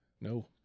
No